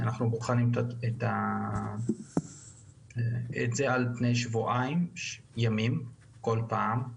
אנחנו בוחנים את זה על פני שבועיים ימים כל פעם.